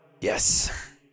Yes